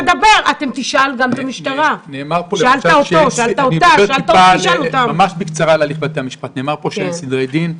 נאמר פה שאין סדרי דין,